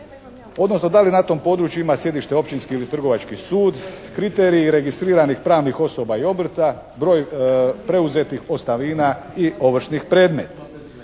odnosno da li na tom području ima sjedište općinski ili trgovački sud, kriteriji registriranih pravnih osoba i obrta, broj preuzetih ostavina i ovršnih predmeta.